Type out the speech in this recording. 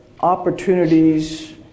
opportunities